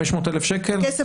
כסף